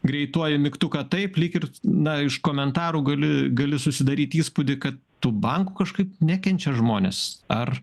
greituoju mygtuką taip lyg ir na iš komentarų gali gali susidaryt įspūdį kad tų bankų kažkaip nekenčia žmonės ar